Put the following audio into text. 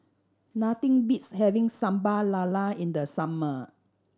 nothing beats having Sambal Lala in the summer